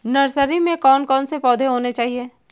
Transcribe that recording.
Nursery में कौन कौन से पौधे होने चाहिए?